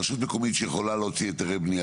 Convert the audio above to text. רשות מקומית שיכולה להוציא היתרי בנייה,